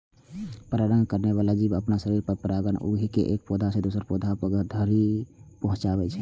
परागण करै बला जीव अपना शरीर पर परागकण उघि के एक पौधा सं दोसर पौधा धरि पहुंचाबै छै